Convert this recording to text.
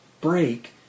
break